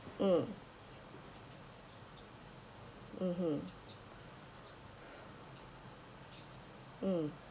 mm mmhmm mm